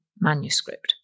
manuscript